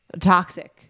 toxic